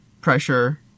pressure